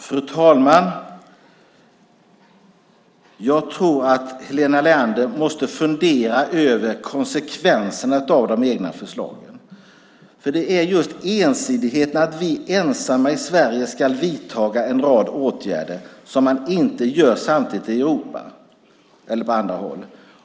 Fru talman! Jag tror att Helena Leander måste fundera över konsekvenserna av de egna förslagen. Det handlar om just ensidigheten och om att bara vi i Sverige ska vidta en rad åtgärder som man inte samtidigt vidtar i Europa eller på andra håll.